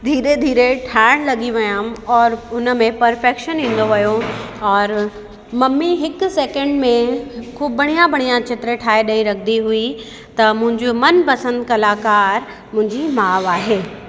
धीरे धीरे ठाहिण लॻी वियमि और हुन में परफैक्शन ईंदो वियो और मम्मी हिकु सैकंड में ख़ूबु बढ़िया बढ़िया चित्र ठाहे ॾेई रखंदी हुई त मुंहिंजो मनपसंद कलाकार मुंहिंजी माउ आहे